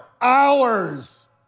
hours